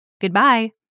Goodbye